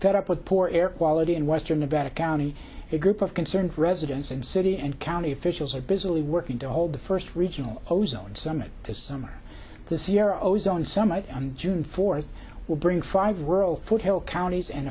fed up with poor air quality in western nevada county a group of concerned residents and city and county officials are busily working to hold the first regional ozone summit this summer this year ozone summit on june fourth will bring five rural foothill counties and